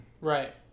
Right